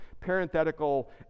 parenthetical